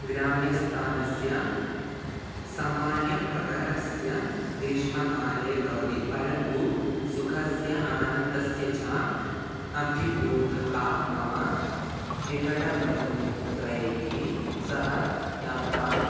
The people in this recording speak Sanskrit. ग्राम्यस्थानस्य समान्यप्रकारस्य ग्रीष्मकाले भवति परन्तु सुखस्य आनन्दस्य च अभिभूतः मम निकटं मित्रैः सह यात्रां